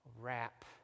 wrap